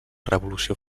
revolució